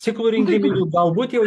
ciklų rinkiminių galbūt jau